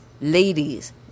ladies